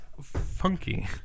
funky